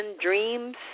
dreams